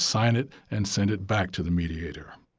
sign it and send it back to the mediator.